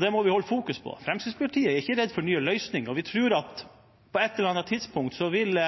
Det må vi holde fokus på. Fremskrittspartiet er ikke redd for nye løsninger. Vi tror at på et eller annet tidspunkt vil